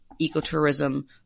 ecotourism